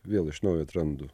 vėl iš naujo atrandu